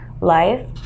life